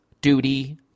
duty